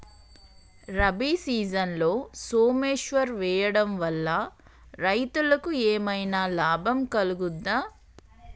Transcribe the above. రబీ సీజన్లో సోమేశ్వర్ వేయడం వల్ల రైతులకు ఏమైనా లాభం కలుగుద్ద?